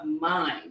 Mind